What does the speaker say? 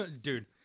Dude